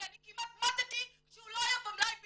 כי אני כמעט מתתי כשהוא לא היה במלאי ביוני.